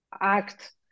act